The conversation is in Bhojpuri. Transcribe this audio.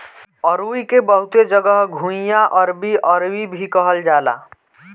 अरुई के बहुते जगह घुइयां, अरबी, अरवी भी कहल जाला